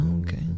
Okay